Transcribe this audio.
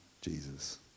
Jesus